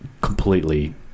completely